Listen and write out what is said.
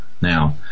Now